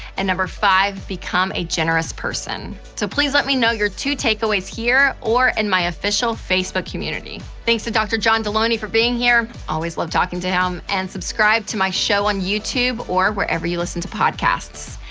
and number five, become a generous person. so, please let me know your two takeaways here or in and my official facebook community. thanks to dr. john delony for being here. i always love talking to him. and subscribe to my show on youtube or wherever you listen to podcasts.